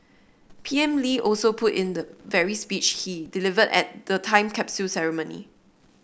P M Lee also put in the very speech he delivered at the time capsule ceremony